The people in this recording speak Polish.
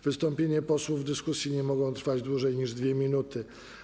Wystąpienia posłów w dyskusji nie mogą trwać dłużej niż 2 minuty.